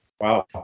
Wow